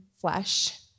flesh